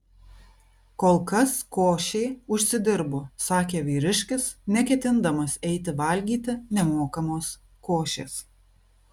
kol kas košei užsidirbu sakė vyriškis neketindamas eiti valgyti nemokamos košės